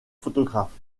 photographe